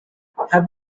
have